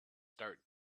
start